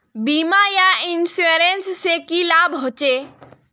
बीमा या इंश्योरेंस से की लाभ होचे?